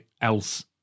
else